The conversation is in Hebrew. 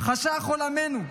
חשך עולמנו.